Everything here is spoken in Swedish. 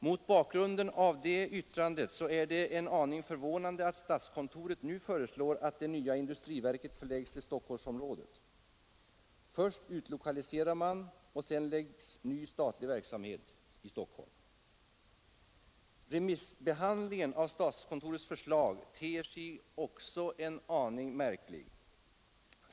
Mot bakgrund av det yttrandet är det förvånande att statskontoret nu föreslår att det nya industriverket förläggs till Stockholmsområdet. Först utlokaliserar man, och sedan läggs ny statlig verksamhet i Stockholm. Remissbehandlingen av statskontorets förslag ter sig en aning märklig.